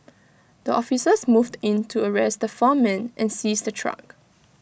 the officers moved in to arrest the four men and seize the truck